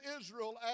Israel